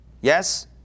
Yes